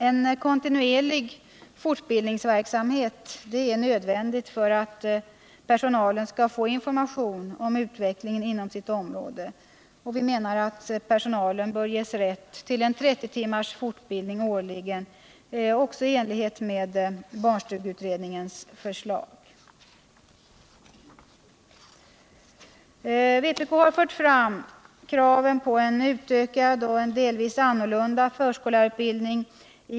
En kontinucrlig fortbildningsverksamhet är nödvändig för att personalen skall få information om utvecklingen inom sitt område. Vi menar, också i enlighet med barnstugeutredningens förslag, att personalen bör ges rätt till 30 timmars fortbildning årligen. Vpk har i motionen 758 fört fram kraven på en utökad och delvis annorlunda förskollärarutbildning.